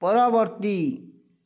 ପରବର୍ତ୍ତୀ